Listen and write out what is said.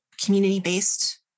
community-based